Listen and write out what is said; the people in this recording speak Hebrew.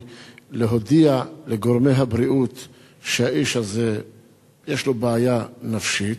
להודיע לגורמי הבריאות שלאיש הזה יש בעיה נפשית.